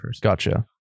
Gotcha